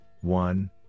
one